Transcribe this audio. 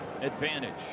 advantage